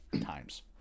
times